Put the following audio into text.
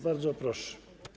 Bardzo proszę.